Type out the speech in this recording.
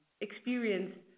experience